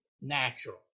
natural